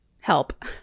help